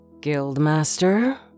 Guildmaster